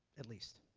at least.